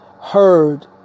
heard